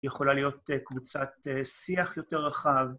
יכולה להיות קבוצת שיח יותר רחב.